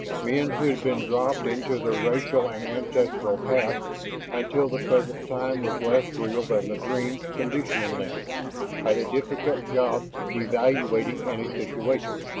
men who had been dropped into their racial and ancestral pasts until the present time was less real than the dreams conditioning them had a difficult job evaluating any situation.